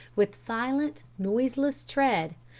with silent, noiseless tread.